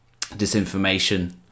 disinformation